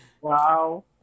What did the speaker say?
Wow